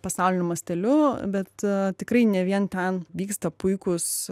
pasauliniu masteliu bet tikrai ne vien ten vyksta puikūs